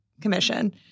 commission